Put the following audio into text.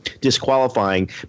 disqualifying